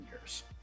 years